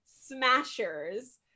smashers